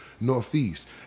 northeast